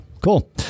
cool